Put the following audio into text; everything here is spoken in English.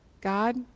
God